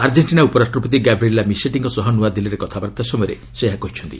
Argentina ଉପରାଷ୍ଟ୍ରପତି Gabriela ମିସେଟ୍ଟିଙ୍କ ସହ ନୂଆଦିଲ୍ଲାରେ କଥାବାର୍ତ୍ତା ସମୟରେ ସେ ଏହା କହିଛନ୍ତି